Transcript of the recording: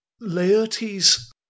Laertes